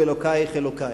"אלוקייך אלוקי",